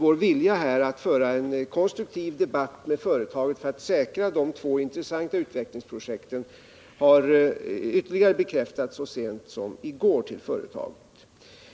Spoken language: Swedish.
Vår vilja att föra en konstruktiv debatt med företaget för att säkra de två intressanta utvecklingsprojekten bekräftades till företaget så sent som i går.